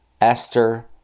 esther